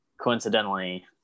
coincidentally